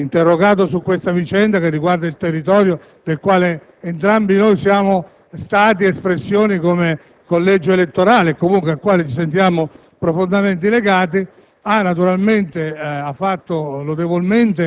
interrogato su questa vicenda che riguarda il territorio del quale entrambi siamo stati espressioni come collegio elettorale e al quale ci sentiamo profondamente legati, ha lodevolmente